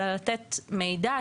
אלא לתת מידע,